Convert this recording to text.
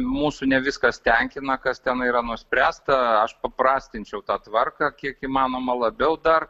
mūsų ne viskas tenkina kas ten yra nuspręsta aš paprastinčiau tą tvarką kiek įmanoma labiau dar